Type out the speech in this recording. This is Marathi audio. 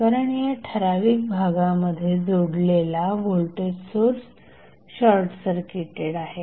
कारण या ठराविक भागामध्ये जोडलेला व्होल्टेज सोर्स शॉर्टसर्किटेड आहे